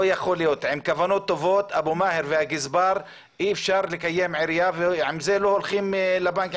עם כוונות טובות אי אפשר לקיים עירייה ועם זה לא הולכים לבנק,